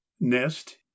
nest